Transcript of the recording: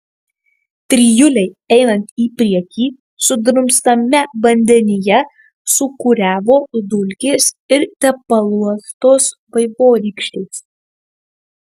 trijulei einant į priekį sudrumstame vandenyje sūkuriavo dulkės ir tepaluotos vaivorykštės